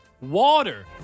Water